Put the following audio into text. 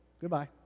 Goodbye